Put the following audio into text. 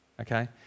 Okay